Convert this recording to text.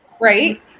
Right